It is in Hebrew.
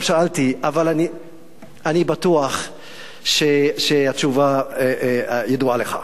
לא שאלתי, אבל אני בטוח שהתשובה ידועה לך.